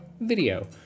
video